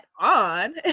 on